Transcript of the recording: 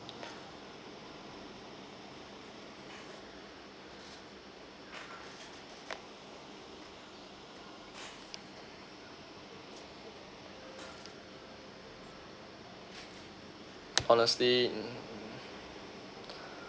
honestly mm